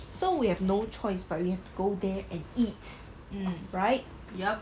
so we have no choice but we have to go there and eat right